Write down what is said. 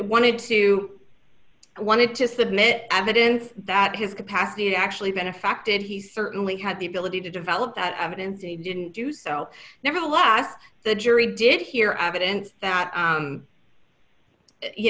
wanted to wanted to submit evidence that his capacity to actually been affected he certainly had the ability to develop that evidence and he didn't do so nevertheless the jury did hear evidence that